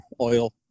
oil